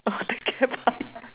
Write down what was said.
orh take care bye